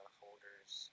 holders